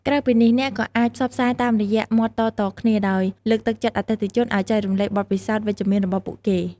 ក្រៅពីនេះ អ្នកក៏អាចផ្សព្វផ្សាយតាមរយៈមាត់តៗគ្នា ដោយលើកទឹកចិត្តអតិថិជនឱ្យចែករំលែកបទពិសោធន៍វិជ្ជមានរបស់ពួកគេ។